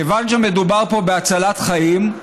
כיוון שמדובר פה בהצלת חיים,